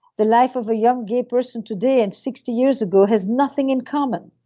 the life of a young gay person today and sixty years ago has nothing in common.